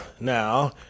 now